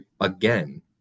again